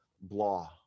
blah